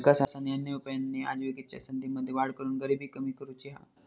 विकास आणि अन्य उपायांनी आजिविकेच्या संधींमध्ये वाढ करून गरिबी कमी करुची हा